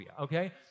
okay